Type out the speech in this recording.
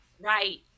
Right